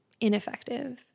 ineffective